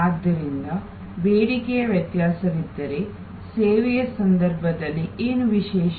ಆದ್ದರಿಂದ ಬೇಡಿಕೆಯ ವ್ಯತ್ಯಾಸವಿದ್ದರೆ ಸೇವೆಯ ಸಂದರ್ಭದಲ್ಲಿ ಏನು ವಿಶೇಷ